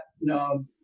No